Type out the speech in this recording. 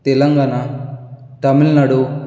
Telangana Tamil Nadu